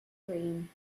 dream